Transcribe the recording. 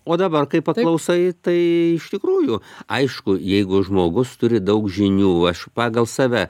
o dabar kai paklausai tai iš tikrųjų aišku jeigu žmogus turi daug žinių aš pagal save